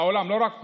בעולם, לא רק פה.